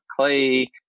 clay